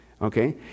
okay